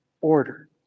order